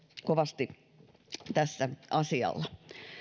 kovasti tässä asialla